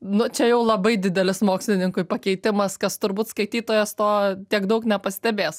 nu čia jau labai didelis mokslininkui pakeitimas kas turbūt skaitytojas to tiek daug nepastebės